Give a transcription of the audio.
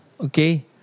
okay